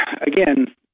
again